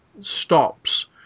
stops